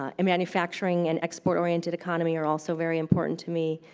ah and manufacturing and export-oriented economy are also very important to me.